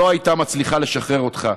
לא הייתה מצליחה לשחרר אותך,